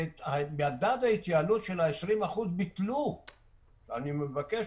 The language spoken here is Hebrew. כי ביטלו את מדד ההתייעלות של ה-20% אני מבקש